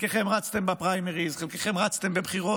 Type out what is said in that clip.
חלקכם רצתם בפריימריז וחלקכם רצתם בבחירות,